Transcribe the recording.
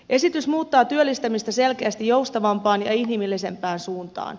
esitys muuttaa työllistämistä selkeästi joustavampaan ja inhimillisempään suuntaan